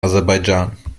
aserbaidschan